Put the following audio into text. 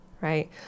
right